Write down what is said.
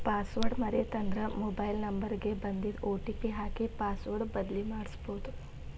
password ಮರೇತಂದ್ರ mobile number ಗ ಬನ್ದಿದ್ ಒ.ಟಿ.ಪಿ ಹಾಕಿ ಪಾಸ್ವರ್ಡ್ ಬದ್ಲಿಮಾಡ್ಬೊದು